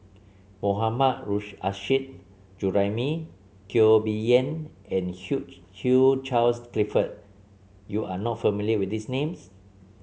Mohammad Nurrasyid Juraimi Teo Bee Yen and Hugh Charles Clifford you are not familiar with these names